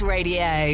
Radio